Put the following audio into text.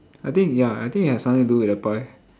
I think ya I think it has something to do with the pie